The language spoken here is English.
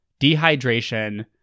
dehydration